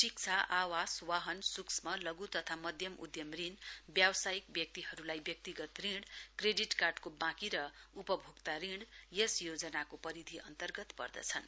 शिक्षा आवास वाहन सूक्ष्म लघु तथा माध्यम उद्यम ऋण व्यावसायिक व्यक्तिहरुलाई व्यक्तिगत ऋण क्रेडिट कार्डको वाँकी र उपभोक्ता ऋण यस योजनाको परिधि अन्तर्गत पर्दछन्